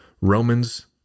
Romans